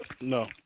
No